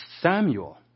Samuel